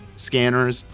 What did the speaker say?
scanners,